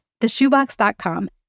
theshoebox.com